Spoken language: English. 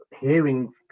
hearing